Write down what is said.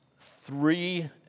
three